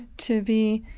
to be